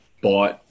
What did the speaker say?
bought